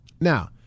Now